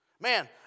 Man